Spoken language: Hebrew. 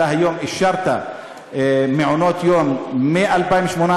ואתה היום אישרת מעונות יום מ-2018,